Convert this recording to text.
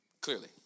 clearly